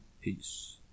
Peace